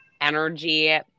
energy